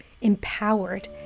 empowered